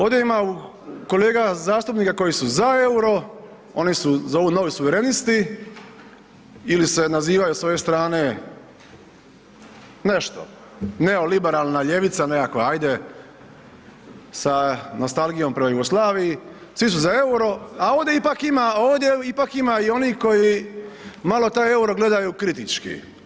Ovdje ima kolega zastupnika koji su za euro, oni se zovu novi suverenisti ili se nazivaju s ove strane nešto, neoliberalna ljevica, nekakva ajde, sa nostalgijom prema Jugoslaviji, svi su za euro, a ovdje ipak ima i onih koji malo taj euro gledaju kritički.